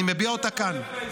אני מביע אותה כאן.